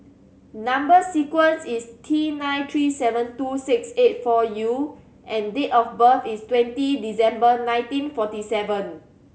number sequence is T nine three seven two six eight four U and date of birth is twenty December nineteen forty seven